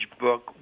book